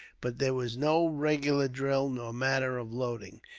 but there was no regular drill nor manner of loading.